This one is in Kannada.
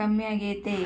ಕಮ್ಮೆಗೆತೆ